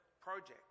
project